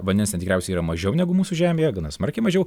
vandens ten tikriausiai yra mažiau negu mūsų žemėje gana smarkiai mažiau